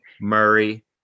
Murray